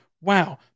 wow